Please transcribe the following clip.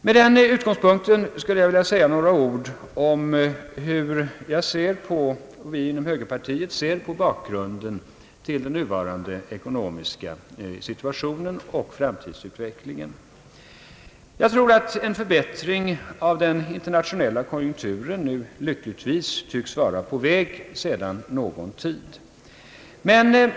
Med utgångspunkt från detta vill jag säga några ord om hur vi inom högerpartiet ser på bakgrunden till den nuvarande ekonomiska situationen och till framtidsutvecklingen. En förbättring av den internationella konjunkturen tycks nu lyckligtvis vara på väg sedan någon tid.